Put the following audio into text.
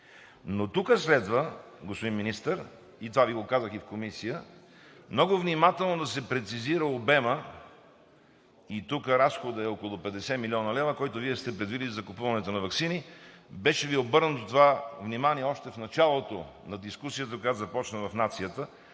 Тук следва, господин Министър, и това Ви го казах и в Комисията, много внимателно да се прецизира обемът, и тук разходът е около 50 млн. лв., който Вие сте предвидили за закупуването на ваксини. Беше Ви обърнато внимание още в началото на дискусията в нацията